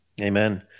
Amen